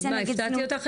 אז מה, הפתעתי אותך,